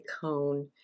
cone